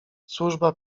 służba